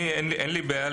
אין לי בעיה,